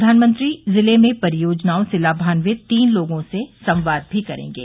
प्रधानमंत्री जिले में परियोजनाओं से लाभान्वित तीन लोगों से संवाद भी करेंगे